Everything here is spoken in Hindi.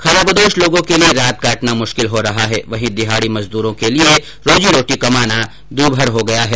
खानाबदोश लोगों के लिए रात काटना मुश्किल हो रहा है वहीं दिहाडी मजदूरों के लिए रोजी रोटी कमाना दूभर हो रहा है